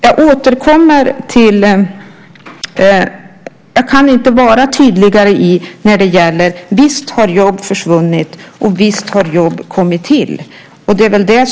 Jag kan inte vara tydligare: Visst har jobb försvunnit, och visst har jobb kommit till. Och det är väl bra.